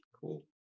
Cool